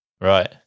Right